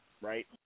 right